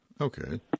Okay